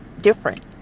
different